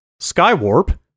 Skywarp